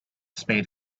spade